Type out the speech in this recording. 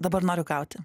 dabar noriu gauti